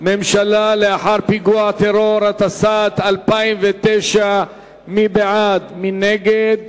ממשלה לאחר פיגוע טרור, התשס"ט 2009. נא להצביע.